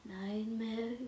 nightmare